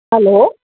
hello